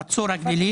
חצור הגלילית,